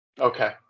Okay